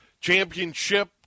Championship